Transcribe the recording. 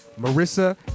Marissa